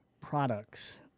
products